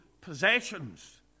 possessions